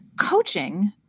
Coaching